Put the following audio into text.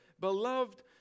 beloved